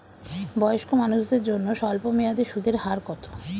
বয়স্ক মানুষদের জন্য স্বল্প মেয়াদে সুদের হার কত?